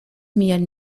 mian